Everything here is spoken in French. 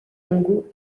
angot